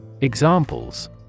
Examples